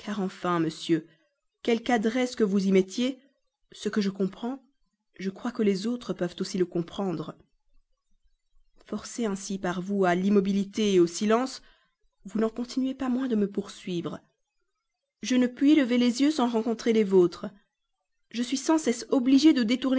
enfin monsieur quelque adresse que vous y mettiez ce que je comprends je crois que les autres peuvent aussi le comprendre forcée ainsi par vous à l'immobilité et au silence vous n'en continuez pas moins de me poursuivre je ne puis lever les yeux sans rencontrer les vôtres je suis sans cesse obligée de détourner